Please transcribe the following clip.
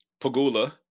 Pagula